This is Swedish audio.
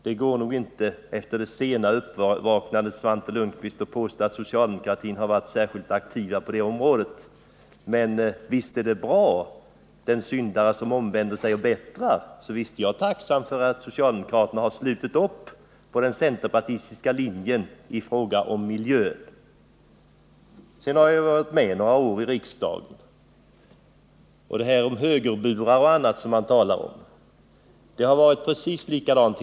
Det går inte, Svante Lundkvist, att efter det sena uppvaknandet påstå att socialdemokraterna varit särskilt aktiva på det här området. Men visst är det bra att en syndare omvänder och bättrar sig, så jag är naturligtvis tacksam för att socialdemokraterna har slutit upp på den centerpartistiska linjen i fråga om miljön. Jag har ju varit med några år här i riksdagen, och talet om högerburar och annat som Svante Lundkvist förde fram är sig precis likt.